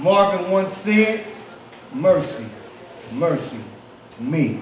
market once the mercy mercy me